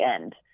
end